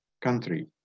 country